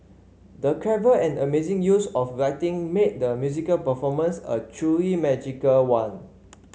the clever and amazing use of lighting made the musical performance a truly magical one